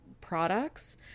products